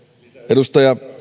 edustaja